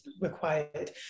required